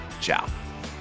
Ciao